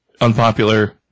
Unpopular